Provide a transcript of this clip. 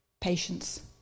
patience